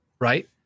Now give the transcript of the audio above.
right